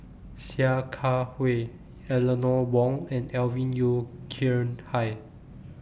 Sia Kah Hui Eleanor Wong and Alvin Yeo Khirn Hai